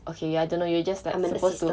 okay ya don't know you just like suppose to